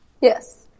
Yes